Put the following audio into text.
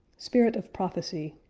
spirit of prophecy